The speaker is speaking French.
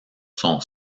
son